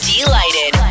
Delighted